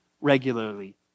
regularly